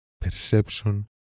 perception